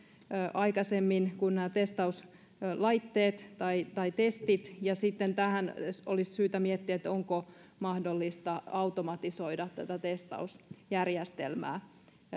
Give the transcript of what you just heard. aikaisemmin kuin nämä testauslaitteet tai tai testit ja sitten olisi syytä miettiä onko mahdollista automatisoida tätä testausjärjestelmää